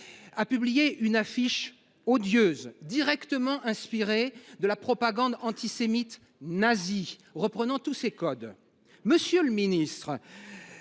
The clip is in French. a publié une affiche odieuse, directement inspirée de la propagande antisémite nazie, reprenant tous ses codes. Monsieur le ministre,